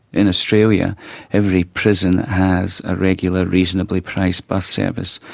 in australia every prison has a regular reasonably priced bus service.